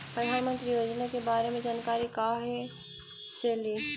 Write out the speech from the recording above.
प्रधानमंत्री योजना के बारे मे जानकारी काहे से ली?